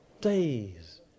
days